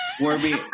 Warby